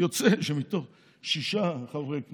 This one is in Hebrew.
יוצא שמתוך שישה חברי כנסת,